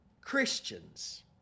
Christians